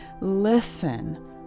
listen